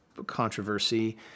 controversy